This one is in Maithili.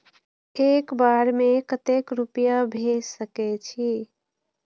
एक बार में केते रूपया भेज सके छी?